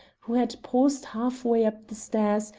who had paused halfway up the stairs,